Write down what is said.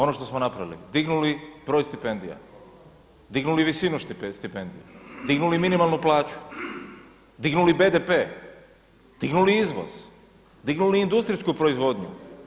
Ono što smo napravili – dignuli broj stipendija, dignuli visinu stipendija, dignuli minimalnu plaću, dignuli BDP, dignuli izvoz, dignuli industrijsku proizvodnju.